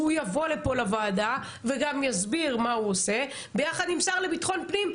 הוא יבוא לפה לוועדה ויסביר מה הוא עושה ביחד עם השר לביטחון פנים,